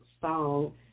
song